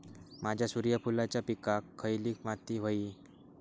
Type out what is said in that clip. माझ्या सूर्यफुलाच्या पिकाक खयली माती व्हयी?